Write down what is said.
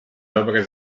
dobre